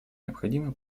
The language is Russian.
необходимо